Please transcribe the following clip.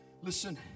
Listen